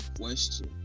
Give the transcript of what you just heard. question